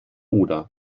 oder